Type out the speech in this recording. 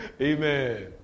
Amen